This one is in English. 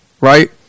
right